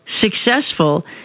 successful